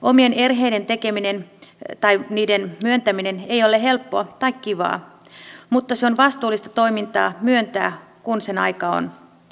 omien erheiden myöntäminen ei ole helppoa tai kivaa mutta on vastuullista toimintaa myöntää kun sen aika on